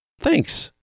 Thanks